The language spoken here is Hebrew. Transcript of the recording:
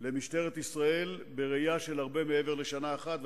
למשטרת ישראל בראייה של הרבה מעבר לשנה אחת,